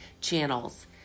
channels